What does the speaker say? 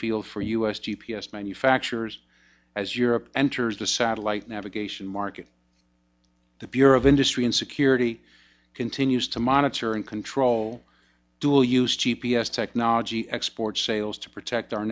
field for us g p s manufacturers as europe enters the satellite navigation market the bureau of industry and security continues to monitor and control dual use g p s technology export sales to protect our